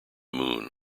moon